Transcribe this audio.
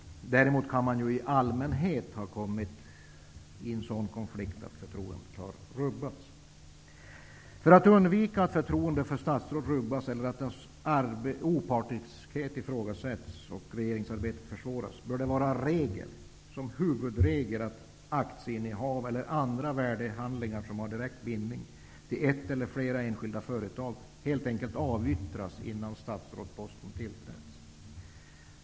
Däremot kan man i allmänhet ha kommit i en sådan konflikt att förtroendet rubbats. För att undvika att förtroendet för ett statsråd rubbas eller att vederbörandes opartiskhet ifrågasätts och regeringsarbetet försvåras bör det vara en huvudregel att aktieinnehav eller andra värdehandlingar som har direkt bindning till ett eller flera enskilda företag helt enkelt avyttras innan statsrådet tillträder på sin post.